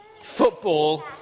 Football